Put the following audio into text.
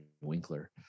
Winkler